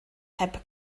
heb